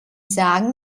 sagen